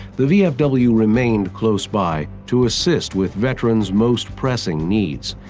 the vfw remained close by to assist with veterans' most pressing needs.